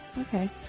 okay